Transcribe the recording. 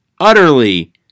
utterly